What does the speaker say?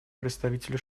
представителю